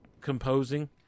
composing